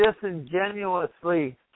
disingenuously